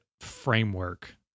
framework